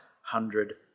hundred